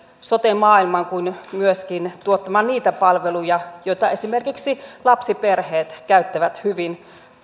sote maailmaan kuin myöskin tuottaa niitä palveluja joita esimerkiksi lapsiperheet käyttävät hyvin